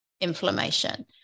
inflammation